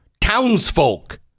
townsfolk